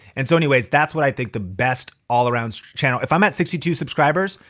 and so anyways, that's what i think the best all around channel. if i'm at sixty two subscribers,